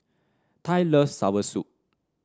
Ty loves soursop